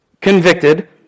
convicted